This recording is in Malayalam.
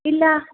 ഇല്ല